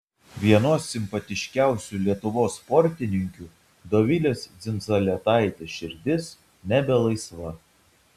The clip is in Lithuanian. vienos simpatiškiausių lietuvos sportininkių dovilės dzindzaletaitės širdis nebe laisva